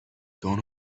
gone